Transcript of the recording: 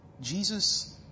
Jesus